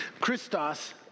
christos